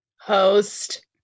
Host